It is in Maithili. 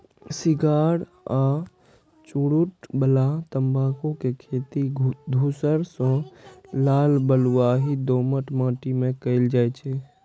सिगार आ चुरूट बला तंबाकू के खेती धूसर सं लाल बलुआही दोमट माटि मे कैल जाइ छै